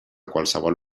qualsevol